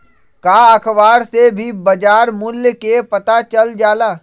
का अखबार से भी बजार मूल्य के पता चल जाला?